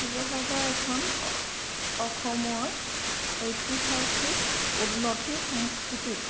শিৱসাগৰ এখন অসমৰ ঐতিহাসিক উন্নতি সাংস্কৃতিক